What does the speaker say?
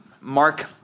mark